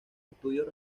estudios